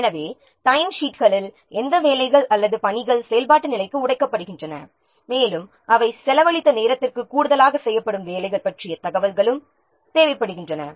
எனவே டைம்ஷீட்களில் எந்த வேலைகள் அல்லது பணிகள் செயல்பாட்டு நிலைக்கு உடைக்கப்படுகின்றன மேலும் அவை செலவழித்த நேரத்திற்கு கூடுதலாக செய்யப்படும் வேலைகள் பற்றிய தகவல்களும் தேவைப்படுகின்றன